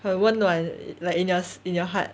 很温暖 like in your in your heart